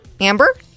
Amber